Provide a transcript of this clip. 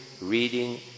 reading